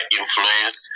influence